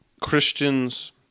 Christians